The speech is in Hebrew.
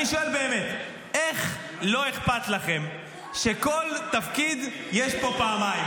אני שואל באמת: איך לא אכפת לכם שכל תפקיד יש פה פעמיים?